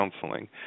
counseling